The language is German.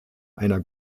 einer